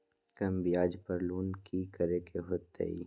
कम ब्याज पर लोन की करे के होतई?